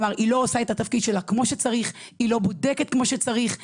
היא לא עושה את התפקיד שלה כמו שצריך היא לא בודקת כמו שצריך,